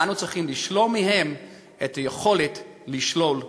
אנו צריכים לשלול מהם את היכולת לשלול אותנו.